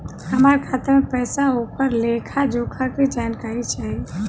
हमार खाता में पैसा ओकर लेखा जोखा के जानकारी चाही?